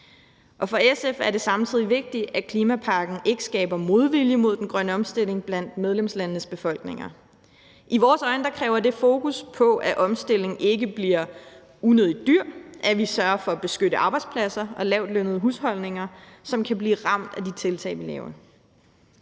og for SF er det samtidig vigtigt, at klimapakken ikke skaber modvilje mod den grønne omstilling blandt medlemslandenes befolkninger. I vores øjne kræver det et fokus på, at omstillingen ikke bliver unødigt dyr, og at vi sørger for at beskytte arbejdspladser og lavtlønnede husholdninger, som kan blive ramt af de tiltag, vi laver.